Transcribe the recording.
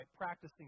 practicing